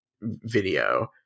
video